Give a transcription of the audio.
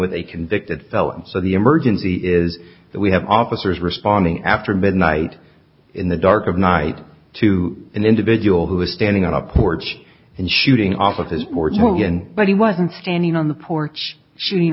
with a convicted felon so the emergency is that we have officers responding after midnight in the dark of night to an individual who is standing on a porch and shooting off of his fortune but he wasn't standing on the porch shooting